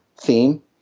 theme